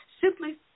simply